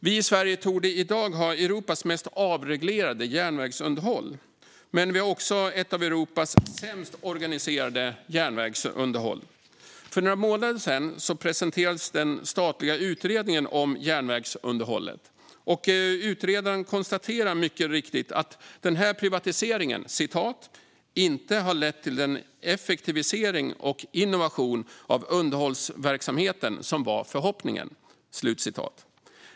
Vi i Sverige torde i dag ha Europas mest avreglerade järnvägsunderhåll, men vi har också ett av Europas sämst organiserade järnvägsunderhåll. För några månader sedan presenterades den statliga utredningen om järnvägsunderhållet. Utredaren konstaterar mycket riktigt: "Konkurrensutsättningen av järnvägsunderhållet har inte lett till den effektivisering och innovation i underhållsverksamheten som var förhoppningen."